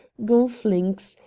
golf links,